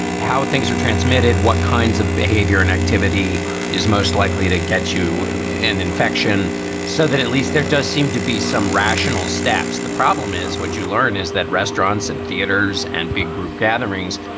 how things are transmitted, what kinds of behavior and activity is most likely to get you an infection so that at least there does seem to be some rational steps. the problem is what you learn is that restaurants and theaters and big group gatherings.